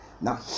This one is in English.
now